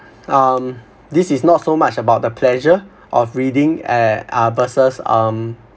um this is not so much about the pleasure of reading and uh versus um